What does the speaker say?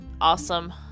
awesome